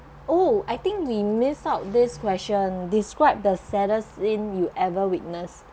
oh I think we miss out this question describe the saddest scene you ever witnessed